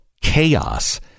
chaos